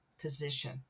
position